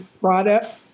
product